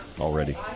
already